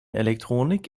elektronik